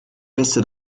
beste